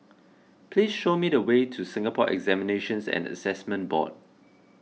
please show me the way to Singapore Examinations and Assessment Board